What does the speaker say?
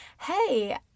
hey